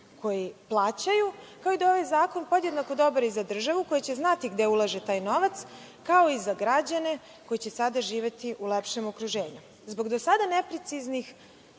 koji plaćaju, kao i da ovaj zakon podjednako dobar i za državu, koja će znati gde ulaže taj novac, kao i za građane koji će sada živeti u lepšem okruženju. Zbog do sada nepreciznih